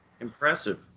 Impressive